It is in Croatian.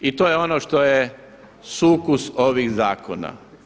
I to je ono što je sukus ovih zakona.